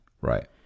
Right